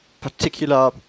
particular